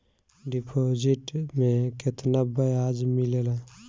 Deposit मे केतना बयाज मिलेला?